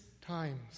times